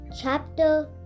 Chapter